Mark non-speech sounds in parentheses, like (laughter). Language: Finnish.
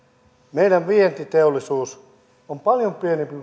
meidän vientiteollisuus on paljon pienempi (unintelligible)